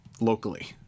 locally